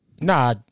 Nah